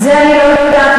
זה אני לא יודעת.